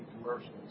commercials